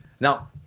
Now